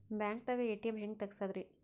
ಬ್ಯಾಂಕ್ದಾಗ ಎ.ಟಿ.ಎಂ ಹೆಂಗ್ ತಗಸದ್ರಿ?